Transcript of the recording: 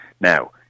Now